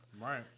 Right